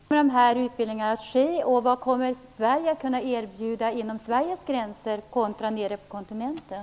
Herr talman! Jag vill fråga på vilket språk dessa utbildningar kommer att ske. Vad kommer Sverige att kunna erbjuda inom landets gränser kontra nere på kontinenten?